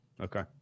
Okay